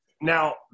Now